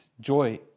joy